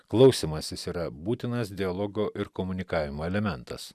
klausymasis yra būtinas dialogo ir komunikavimo elementas